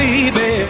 Baby